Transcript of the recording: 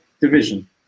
Division